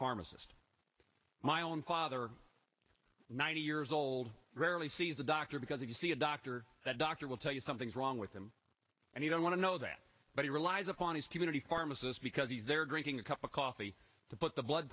pharmacist my own father ninety years old rarely sees a doctor because if you see a doctor that doctor will tell you something's wrong with him and you don't want to know that but he relies upon his community pharmacist because he's there drinking a cup of coffee to put the blood